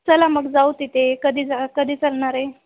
चला मग जाऊ तिथे कधी जा कधी चलणार आहे